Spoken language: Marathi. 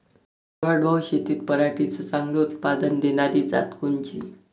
कोरडवाहू शेतीत पराटीचं चांगलं उत्पादन देनारी जात कोनची?